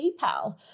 PayPal